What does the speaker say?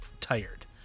tired